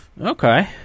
Okay